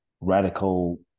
radical